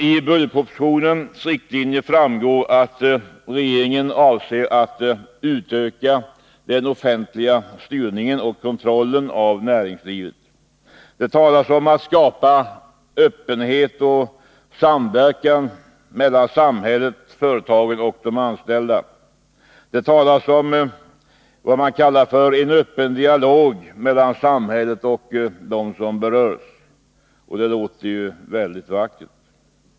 Av budgetpropositionens riktlinjer framgår att regeringen avser att utöka den offentliga styrningen och kontrollen av näringslivet. Det talas om att skapa öppenhet och samverkan mellan samhället, företagen och de anställda, det talas om vad man kallar en ”öppen dialog” mellan samhället och dem som berörs, och det låter ju mycket vackert.